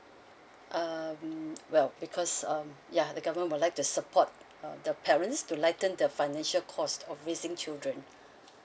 um well because um ya the government would like to support uh the parents to lighten the financial cost of raising children